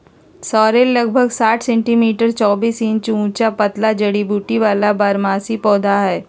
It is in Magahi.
सॉरेल लगभग साठ सेंटीमीटर चौबीस इंच ऊंचा पतला जड़ी बूटी वाला बारहमासी पौधा हइ